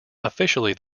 officially